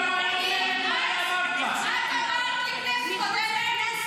אליי ואמרה לי: בקרוב ---- מחוץ לכנסת.